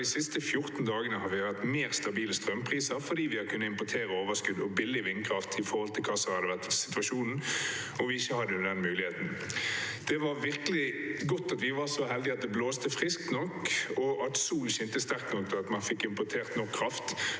av de siste 14 dagene har vi hatt mer stabile strømpriser fordi vi har kunnet importere overskudd og billig vindkraft i forhold til hva som hadde vært situasjonen om vi ikke hadde den muligheten.» Det var virkelig godt at vi var så heldige at det blåste friskt nok og at solen skinte sterkt nok til at man fikk importert nok kraft,